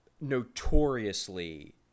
notoriously